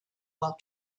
while